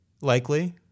likely